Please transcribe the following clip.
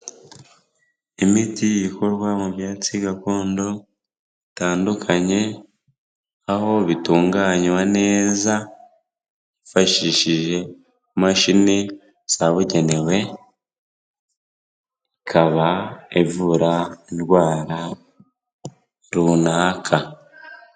Imiti ikorwa mu byatsi gakondo bitandukanye, aho bitunganywa neza, bifashishije imashini zabugenewe, ikaba ivura indwara runaka.